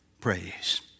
praise